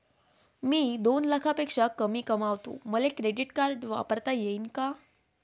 मी दोन लाखापेक्षा कमी कमावतो, मले क्रेडिट कार्ड वापरता येईन का?